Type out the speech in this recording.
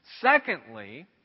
Secondly